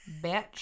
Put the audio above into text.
Bitch